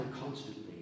constantly